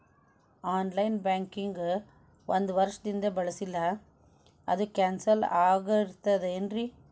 On line banking ಒಂದ್ ವರ್ಷದಿಂದ ಬಳಸಿಲ್ಲ ಅದು ಕ್ಯಾನ್ಸಲ್ ಆಗಿರ್ತದೇನ್ರಿ?